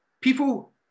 people